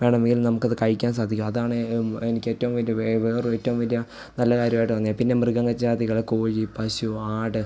വേണമെങ്കിലും നമുക്കത് കഴിക്കാൻ സാധിക്കും അതാണ് എനിക്ക് ഏറ്റവും വലുത് വേറെ ഏറ്റവും വലിയ നല്ല കാര്യമായിട്ട് തോന്നിയത് പിന്നെ മൃഗങ്ങൾ ജാതികൾ കോഴി പശു ആട്